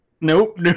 Nope